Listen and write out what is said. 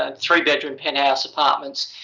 ah three bedroom penthouse apartments.